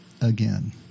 again